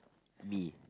me